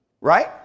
Right